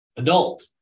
Adult